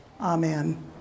amen